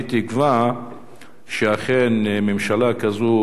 אני תקווה שאכן ממשלה כזאת,